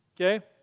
Okay